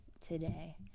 Today